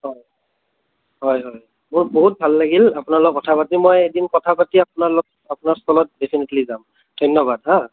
হয় হয় হয় মোৰ বহুত ভাল লাগিল আপোনাৰ লগত কথা পাতি মই এদিন কথা পাতি আপোনাৰ লগত আপোনাৰ ষ্টলত ডিফিনটলি যাম ধন্যবাদ হা